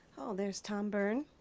oh, there's tom byrne,